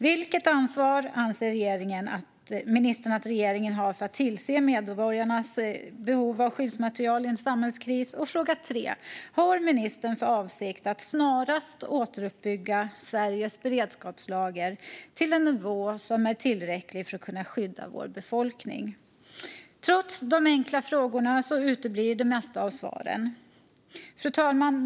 Vilket ansvar anser ministern att regeringen har för att tillse medborgarnas behov av skyddsmateriel i en samhällskris? Har ministern för avsikt att snarast återuppbygga Sveriges beredskapslager till en nivå som är tillräcklig för att kunna skydda vår befolkning? Trots de enkla frågorna uteblir de flesta av svaren. Fru talman!